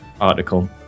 article